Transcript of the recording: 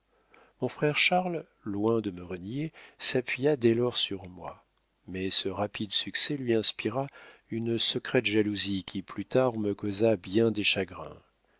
mon frère charles loin de me renier s'appuya dès lors sur moi mais ce rapide succès lui inspira une secrète jalousie qui plus tard me causa bien des chagrins